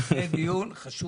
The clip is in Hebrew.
זה דיון חשוב.